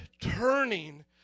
turning